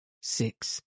six